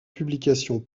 publication